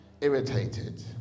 irritated